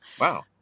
wow